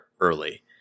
early